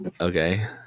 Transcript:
okay